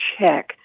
check